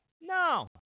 No